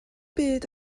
byd